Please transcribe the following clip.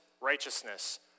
righteousness